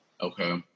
Okay